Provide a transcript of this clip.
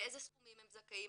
באיזה סכומים הם זכאים,